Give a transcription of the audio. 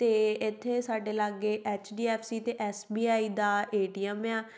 ਅਤੇ ਇੱਥੇ ਸਾਡੇ ਲਾਗੇ ਐੱਚ ਡੀ ਐੱਫ ਸੀ ਅਤੇ ਐੱਸ ਬੀ ਆਈ ਦਾ ਏ ਟੀ ਐੱਮ ਆ